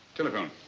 telephone.